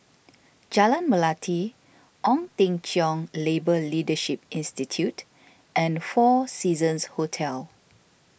Jalan Melati Ong Teng Cheong Labour Leadership Institute and four Seasons Hotel